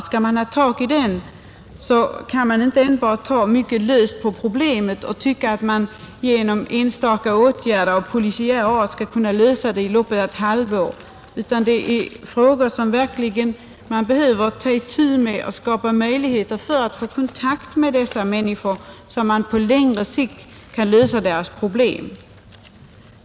Skall man ha tag i den kan man inte ta lätt på problemet och hävda att det skall kunna lösas inom loppet av ett halvår genom enstaka åtgärder av polisiär art. Man behöver i stället verkligen ta itu med dessa frågor att skapa möjligheter att få kontakt med dessa människor, så att man på längre sikt kan lösa deras problem.